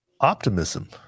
optimism